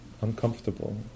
uncomfortable